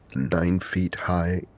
nine feet high,